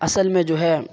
اصل میں جو ہے